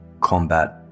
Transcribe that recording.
combat